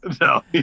No